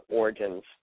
origins